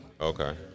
Okay